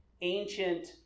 ancient